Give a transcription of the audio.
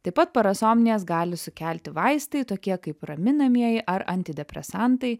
taip pat parasomnijas gali sukelti vaistai tokie kaip raminamieji ar antidepresantai